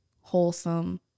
wholesome